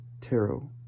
tarot